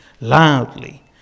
loudly